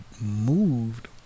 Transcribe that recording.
moved